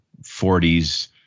40s